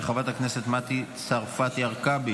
של חברת הכנסת מטי צרפתי הרכבי